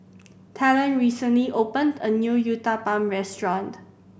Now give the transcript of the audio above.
Talen recently opened a new Uthapam Restaurant